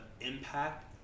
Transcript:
impact